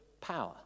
power